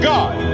God